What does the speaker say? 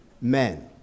men